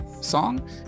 song